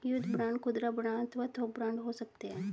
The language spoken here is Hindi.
युद्ध बांड खुदरा बांड अथवा थोक बांड हो सकते हैं